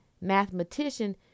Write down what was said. mathematician